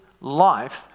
life